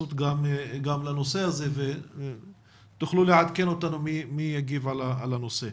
התייחסות גם לנושא הזה ותוכלו לעדכן אותנו מי יגיב על הנושא.